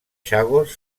chagos